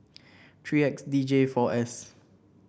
three X D J four S